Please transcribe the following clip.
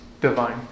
Divine